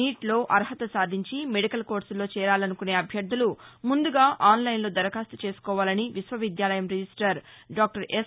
నీట్లో అర్హత సాధించి మెడికల్ కోర్సుల్లో చేరాలనుకునే అభ్యర్థలు ముందుగా ఆన్లైన్లో దరఖాస్తు చేసుకోవాలని విశ్వవిద్యాలయం రిజ్విస్టార్ డాక్టర్ ఎస్